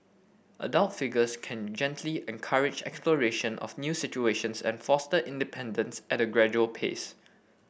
adult figures can gently encourage exploration of new situations and foster independence at a gradual pace